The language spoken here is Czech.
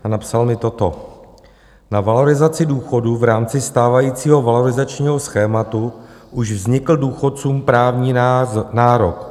A napsal mi toto: Na valorizaci důchodů v rámci stávajícího valorizačního schématu už vznikl důchodcům právní nárok.